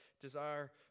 desire